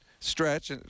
Stretch